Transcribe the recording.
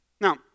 Now